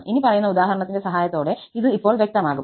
ഇനിപ്പറയുന്ന ഉദാഹരണത്തിന്റെ സഹായത്തോടെ ഇത് ഇപ്പോൾ വ്യക്തമാകും